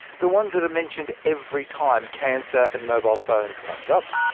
the ones that are mentioned every time cancer and mobile phones comes up.